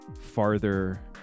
farther